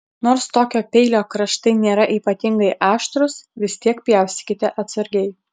nors tokio peilio kraštai nėra ypatingai aštrūs vis tiek pjaustykite atsargiai